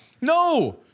No